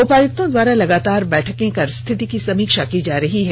उपायुक्तों द्वारा लागातार बैठकें कर रिथिति की समीक्षा की जा रही है